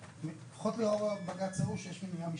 לפחות לאור הבג"צ ההוא מניעה משפטית.